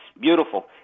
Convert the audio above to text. beautiful